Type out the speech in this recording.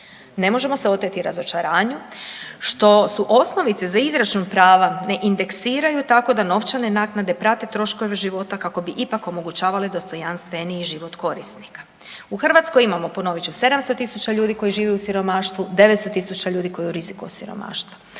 ne možemo se oteti razočaranju što su osnovice za izračun prava ne indeksiraju tako da novčane naknade prate troškove života kako bi ipak omogućavale dostojanstveniji život korisnika. U Hrvatskoj imamo, ponovit ću, 700.000 ljudi koji žive u siromaštvu, 900.000 koji su u riziku od siromaštva.